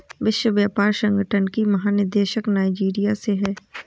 विश्व व्यापार संगठन की महानिदेशक नाइजीरिया से है